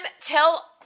tell